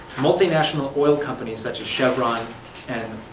multi-national oil companies such as chevron and